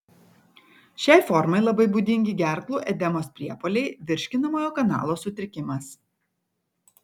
šiai formai labai būdingi gerklų edemos priepuoliai virškinamojo kanalo sutrikimas